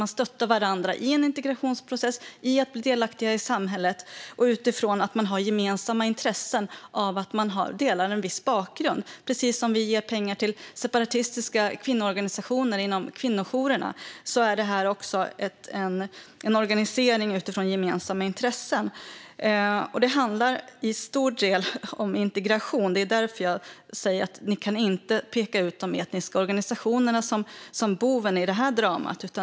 De stöttar varandra i en integrationsprocess och i att bli delaktiga i samhället utifrån att de har gemensamma intressen och delar en viss bakgrund. Det är precis som att vi ger pengar till separatistiska kvinnoorganisationer inom kvinnojourerna. Det är en organisering utifrån gemensamma intressen. Det handlar till stor del om integration. Det är därför jag säger att ni inte kan peka ut de etniska organisationerna som boven i det här dramat.